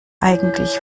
eigentlich